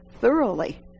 thoroughly